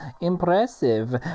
impressive